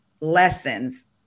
lessons